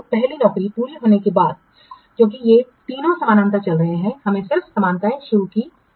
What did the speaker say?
पहली नौकरी पूरी होने के बाद क्योंकि ये तीनों समानांतर चल रहे हैं हमने सिर्फ समानताएं शुरू की हैं